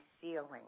ceiling